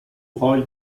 oil